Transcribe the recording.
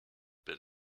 but